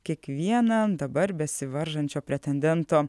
kiekvieną dabar besivaržančio pretendento